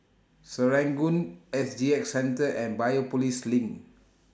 Serangoon S G X Centre and Biopolis LINK